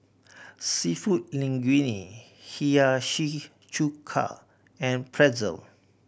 Seafood Linguine Hiyashi Chuka and Pretzel